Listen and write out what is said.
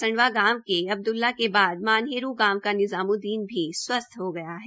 संडवा गांव के अब्द्रला के बाद मानहेरू गांव के निजामुद्दीन भी स्वसथ हो गया है